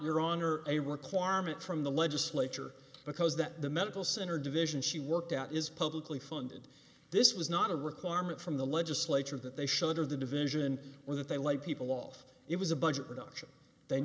your honor a requirement from the legislature because that the medical center division she worked at is publicly funded this was not a requirement from the legislature that they should or the division or that they like people off it was a budget reduction the